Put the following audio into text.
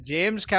James